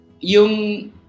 yung